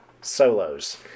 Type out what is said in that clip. solos